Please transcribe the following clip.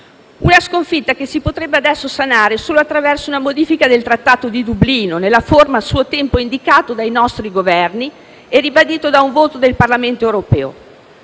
adesso si potrebbe sanare solo attraverso una modifica del Trattato di Dublino, nella forma a suo tempo indicata dai nostri Governi, ribadita dal voto del Parlamento europeo.